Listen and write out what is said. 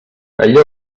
allò